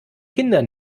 kinder